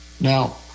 now